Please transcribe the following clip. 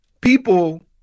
people